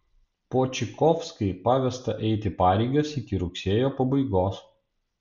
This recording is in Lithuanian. počikovskai pavesta eiti pareigas iki rugsėjo pabaigos